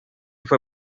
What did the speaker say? fue